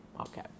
okay